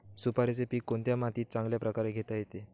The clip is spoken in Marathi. सुपारीचे पीक कोणत्या मातीत चांगल्या प्रकारे घेता येईल?